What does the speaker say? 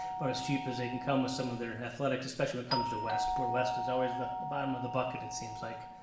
are as cheap as they can come with some of their athletics, especially when it comes to west, poor west is always the the bottom of the bucket, it seems like.